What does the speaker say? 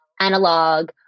analog